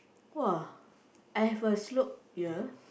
!wah! I have a slope here